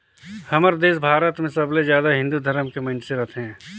हमर देस भारत मे सबले जादा हिन्दू धरम के मइनसे रथें